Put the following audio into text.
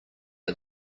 are